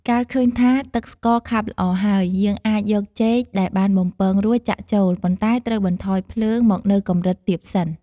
កាលឃើញថាទឹកស្ករខាប់ល្អហើយ យើងអាចយកចេកដែលបានបំពងរួចចាក់ចូល ប៉ុន្តែត្រូវបន្ថយភ្លើងមកនៅកម្រិតទាបសិន។